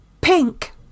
pink